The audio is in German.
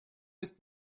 ist